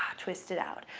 ah twist it out.